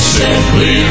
simply